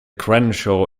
crenshaw